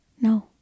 No